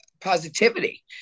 positivity